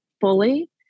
fully